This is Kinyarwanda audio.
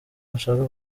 bashaka